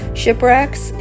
shipwrecks